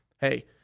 hey